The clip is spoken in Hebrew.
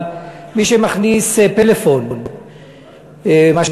אבל מי שמכניס פלאפון לבית-סוהר,